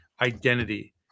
identity